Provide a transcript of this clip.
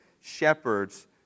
shepherds